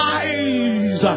eyes